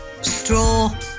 Straw